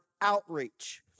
outreach